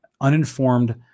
uninformed